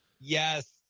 Yes